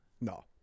No